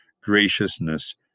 graciousness